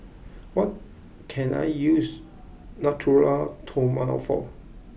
what can I use Natura Stoma for